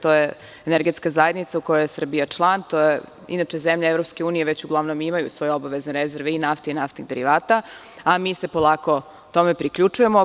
To je energetska zajednica gde je Srbija član, inače zemlje EU, one imaju svoje obavezne rezerve nafte i naftnih derivata, a mi se polako tome priključujemo.